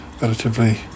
relatively